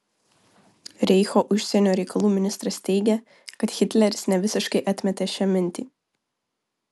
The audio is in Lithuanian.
reicho užsienio reikalų ministras teigė kad hitleris nevisiškai atmetė šią mintį